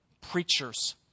preachers